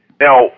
Now